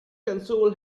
console